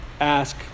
ask